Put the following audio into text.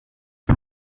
دوش